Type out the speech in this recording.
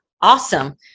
awesome